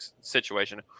situation